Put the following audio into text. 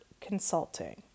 consulting